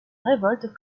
révolte